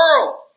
world